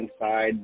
inside